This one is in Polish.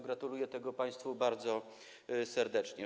Gratuluję tego państwu bardzo serdecznie.